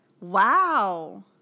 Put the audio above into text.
Wow